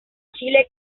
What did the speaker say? chile